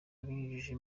abinyujije